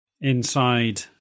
inside